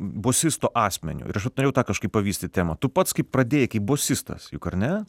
bosisto asmeniu ir aš vat norėjau tą kažkaip pavystyt temą tu pats kaip pradėjai kaip bosistas juk ar ne